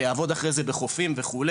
שיעבוד אחרי זה ב"חופים" וכו',